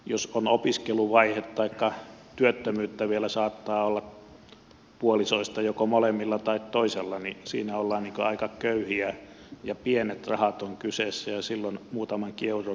jos on opiskeluvaihe taikka työttömyyttä jota vielä saattaa olla puolisoista joko molemmilla tai toisella niin siinä ollaan aika köyhiä ja pienet rahat ovat kyseessä ja silloin muutamankin euron leikkaus merkitsee